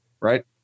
right